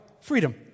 Freedom